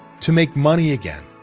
to make money again,